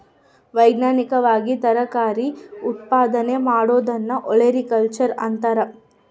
ವೈಜ್ಞಾನಿಕವಾಗಿ ತರಕಾರಿ ಉತ್ಪಾದನೆ ಮಾಡೋದನ್ನ ಒಲೆರಿಕಲ್ಚರ್ ಅಂತಾರ